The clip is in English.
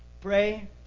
Pray